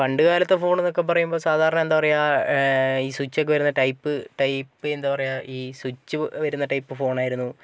പണ്ടു കാലത്തെ ഫോണെന്നൊക്കെ പറയുമ്പോൾ സാധാരണ എന്താ പറയാ ഈ സ്വിച്ചൊക്കെ വരുന്ന ടൈപ്പ് ടൈപ്പ് എന്താ പറയാ ഈ സ്വിച്ച് വരുന്ന ടൈപ്പ് ഫോണായിരുന്നു